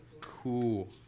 Cool